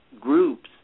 groups